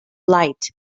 light